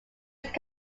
swiss